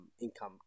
income